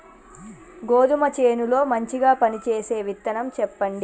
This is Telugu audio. గోధుమ చేను లో మంచిగా పనిచేసే విత్తనం చెప్పండి?